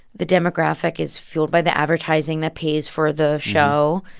the demographic is fueled by the advertising that pays for the show.